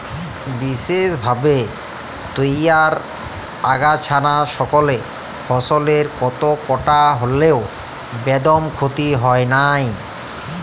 বিসেসভাবে তইয়ার আগাছানাসকলে ফসলের কতকটা হল্যেও বেদম ক্ষতি হয় নাই